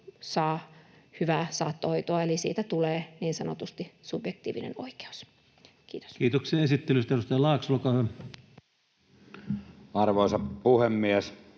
saa hyvää saattohoitoa eli siitä tulee niin sanotusti subjektiivinen oikeus. — Kiitos. Kiitoksia esittelystä. — Edustaja Laakso, olkaa hyvä. Arvoisa puhemies!